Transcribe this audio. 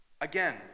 Again